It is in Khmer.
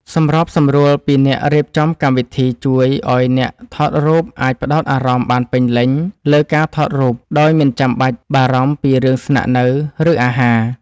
សម្របសម្រួលពីអ្នករៀបចំកម្មវិធីជួយឱ្យអ្នកថតរូបអាចផ្តោតអារម្មណ៍បានពេញលេញលើការថតរូបដោយមិនបាច់បារម្ភពីរឿងស្នាក់នៅ ឬ អាហារ។